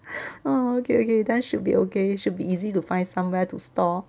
orh okay okay then should be okay should be easy to find somewhere to store